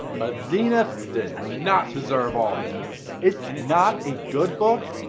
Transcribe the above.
but zenith did not deserve all this. it's not a good book,